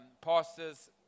pastors